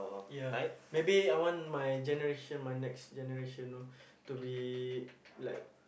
yeah maybe I want my generation my next generation know to be like